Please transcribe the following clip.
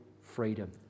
freedom